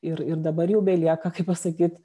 ir ir dabar jau belieka kaip pasakyt